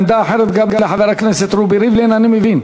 עמדה אחרת גם לחבר הכנסת רובי ריבלין, אני מבין?